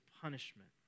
punishment